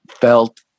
felt